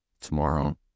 tomorrow